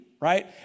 right